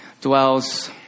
dwells